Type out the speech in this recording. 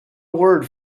word